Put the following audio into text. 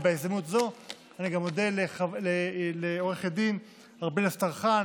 בהזדמנות הזאת אני גם אודה לעו"ד ארבל אסטרחן,